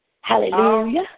Hallelujah